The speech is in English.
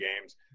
games